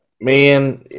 man